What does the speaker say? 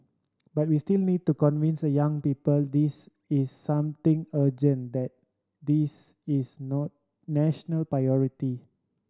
but we still need to convince the young people this is something urgent that this is no national priority